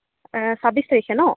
ছাব্বিছ তাৰিখে ন